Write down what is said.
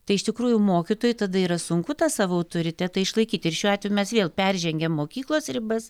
tai iš tikrųjų mokytojui tada yra sunku tą savo autoritetą išlaikyti ir šiuo atveju mes vėl peržengę mokyklos ribas